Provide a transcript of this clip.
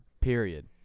period